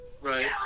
Right